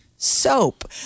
Soap